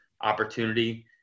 opportunity